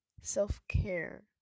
self-care